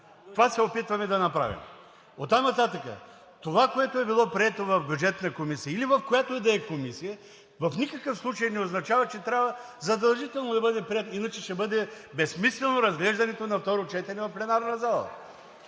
Това се опитваме да направим. Оттам нататък това, което е било прието в Бюджетната комисия, или в която ѝ да е комисия, в никакъв случай не означава, че трябва задължително да бъде прието. Иначе ще бъде безсмислено разглеждането на второ четене в пленарната зала.